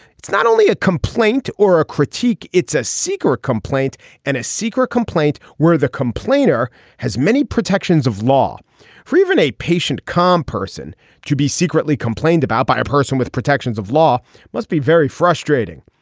it's not only a complaint or a critique it's a seek or complaint and a secret complaint where the complainer has many protections of law for even a patient calm person to be secretly complained about by a person with protections of law must be very frustrating.